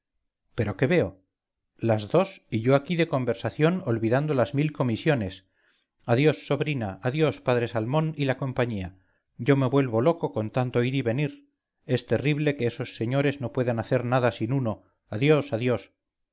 pero qué veo las dos y yo aquí de conversación olvidando las mil comisiones adiós sobrina adiós padre salmón y la compañía yo me vuelvo loco con tanto ir y venir es terrible que esos señores no puedan hacer nada sin uno adiós adiós